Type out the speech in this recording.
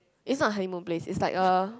is not a honeymoon place is like a